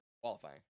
qualifying